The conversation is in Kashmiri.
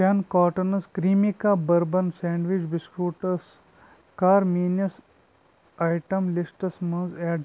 ٹٮ۪ن کاٹنٕز کرٛیٖمِکا بٔربن سینٛڈوِچ بِسکوٗٹس کَر میٛٲنِس آیٹم لِسٹَس منٛز ایڈ